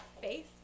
face